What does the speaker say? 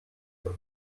wird